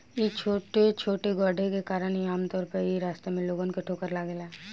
इ छोटे छोटे गड्ढे के कारण ही आमतौर पर इ रास्ता में लोगन के ठोकर लागेला